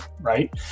right